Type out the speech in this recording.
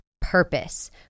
purpose